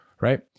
Right